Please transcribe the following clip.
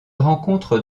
rencontre